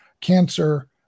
cancer